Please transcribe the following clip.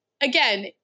Again